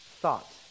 thought